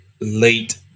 late